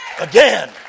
Again